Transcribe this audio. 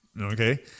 Okay